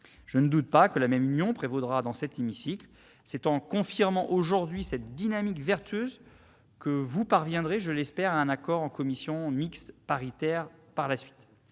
Je ne doute pas que le même esprit d'union prévaudra dans cet hémicycle. C'est en confirmant aujourd'hui cette dynamique vertueuse que vous parviendrez, je l'espère, à un accord en commission mixte paritaire par la suite